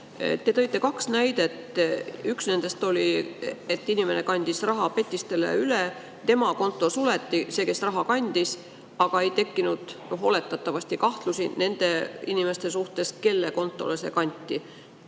Te tõite kaks näidet. Üks nendest oli see, et inimene kandis raha petistele üle, tema konto suleti – selle inimese konto, kes raha üle kandis –, aga ei tekkinud oletatavasti kahtlusi nende inimeste suhtes, kelle kontole see raha